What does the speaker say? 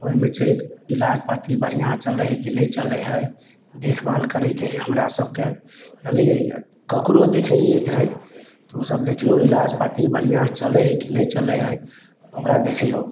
ओइमे छै इलाज पाती बढ़िआँ चलय हइ कि नहि चलय हइ देखभाल करयके हइ हमरा सबके जनलियै ककरो देखइयेके हइ उसब देखियौ उ इलाज पाती बढ़िआँसँ चलय हइ कि नहि चलय हइ ओकरा देखियौ